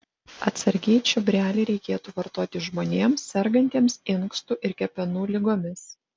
atsargiai čiobrelį reikėtų vartoti žmonėms sergantiems inkstų ir kepenų ligomis